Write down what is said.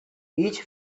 each